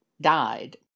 died